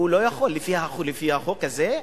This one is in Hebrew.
הוא לא יכול לפי החוק הזה,